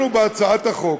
אנחנו, בהצעת החוק,